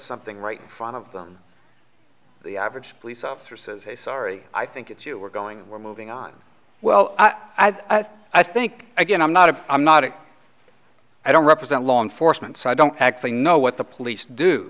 something right front of them the average police officer says hey sorry i think it's you we're going and we're moving on well i think again i'm not a i'm not a i don't represent law enforcement so i don't actually know what the police do